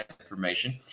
information